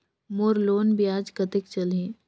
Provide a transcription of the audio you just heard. मोर loan ब्याज कतेक चलही?